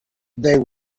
they